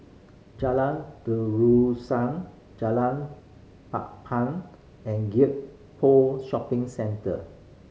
Jalan Terusan Jalan Papan and Gek Poh Shopping Centre